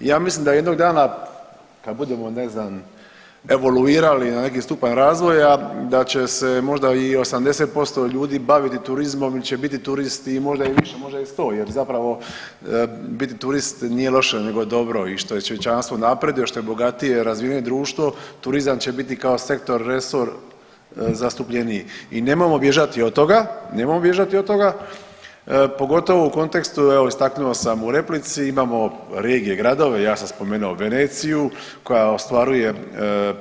Ja mislim da jednog dana kad budemo ne znam evoluirali na neki stupanj razvoja da će se možda i 80%ljudi baviti turizmom ili će biti turisti, možda i više, možda i 100 jer zapravo biti turist nije loše nego dobro i što je čovječanstvo napreduje, što je bogatije i razvijenije društvo turizam će biti kao sektor resor zastupljeniji i nemojmo bježati od toga, nemojmo bježati od toga, pogotovo u kontekstu evo istaknuo sam u replici imamo regije i gradove, ja sam spomenuo Veneciju koja ostvaruje